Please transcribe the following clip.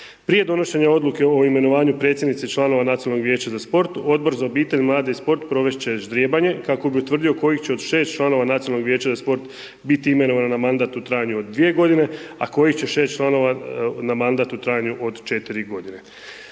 prije donošenja odluke o imenovanju predsjednice članova Nacionalnog vijeća za sport, Odbora za obitelj, mlade i sport, provest će ždrijebanje, kako bi utvrdio kojih će od 5 članova Nacionalnog vijeća za sport biti imenovan na mandat u trajanju od 2 godine, a kojih će 6 članova na mandat u trajanju od 4 godine.